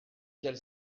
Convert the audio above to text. cale